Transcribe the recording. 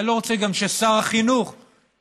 אני לא רוצה גם ששר החינוך יחליט